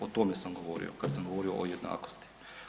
O tome sam govorio kad sam govorio o jednakosti.